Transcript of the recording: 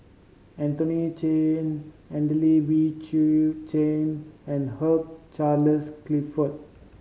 Anthony Chen Adelene Wee Chu Chen and Hugh Charles Clifford